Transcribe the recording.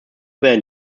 werden